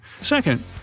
Second